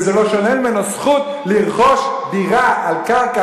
וזה לא שולל ממנו זכות לרכוש דירה על קרקע